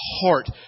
heart